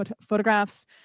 photographs